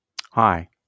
Hi